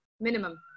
minimum